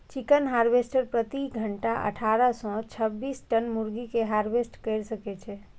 chicken harvester प्रति घंटा अट्ठारह सं छब्बीस टन मुर्गी कें हार्वेस्ट कैर सकै छै